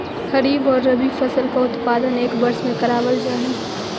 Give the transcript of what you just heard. खरीफ और रबी फसल का उत्पादन एक वर्ष में करावाल जा हई